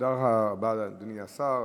תודה רבה לאדוני השר.